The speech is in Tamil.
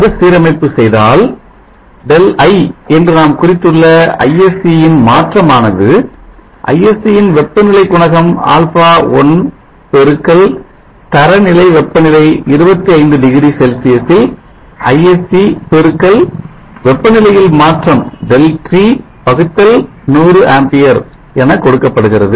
மறு சீரமைப்பு செய்தால் Δi என்று நாம் குறித்துள்ள ISC ன் மாற்றமானது ISC ன் வெப்பநிலை குணகம் αi பெருக்கல் தரநிலை வெப்பநிலை 25 டிகிரி செல்சியஸில் ISC பெருக்கல் வெப்பநிலையில் மாற்றம் ΔT வகுத்தல் 100 ஆம்பியர் என கொடுக்கப்படுகிறது